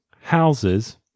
houses